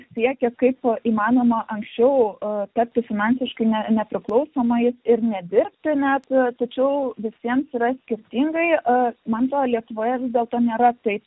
siekia kaipo įmanoma anksčiau tapai finansiškai nepriklausomais ir nedirbti net tačiau visiems yra skirtingai man atrodo lietuvoje vis dėlto nėra taip